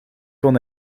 kon